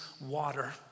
water